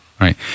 Right